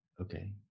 Okay